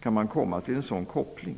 kan man komma att göra en sådan koppling?